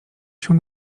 się